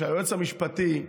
היועץ המשפטי,